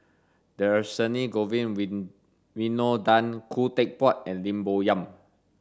Dhershini Govin Win Winodan Khoo Teck Puat and Lim Bo Yam